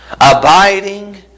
Abiding